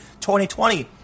2020